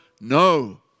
no